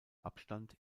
abstand